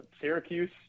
syracuse